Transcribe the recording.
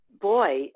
boy